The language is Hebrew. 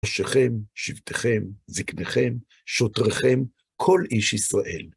ראשיכם, שבטיכם, זקניכם, שוטריכם, כל איש ישראל.